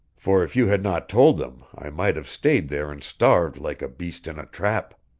for if you had not told them i might have stayed there and starved like a beast in a trap.